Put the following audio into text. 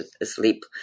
asleep